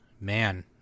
Man